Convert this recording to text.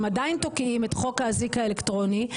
עדיין תוקעים את חוק האזיק האלקטרוני,